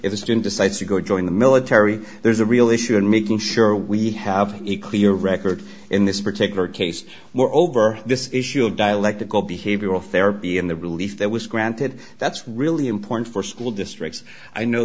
if a student decides to go join the military there's a real issue in making sure we have equal your record in this particular case were over this issue of dialectical behavioral therapy in the relief that was granted that's really important for school districts i know